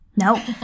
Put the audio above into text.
No